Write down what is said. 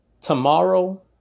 tomorrow